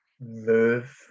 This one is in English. move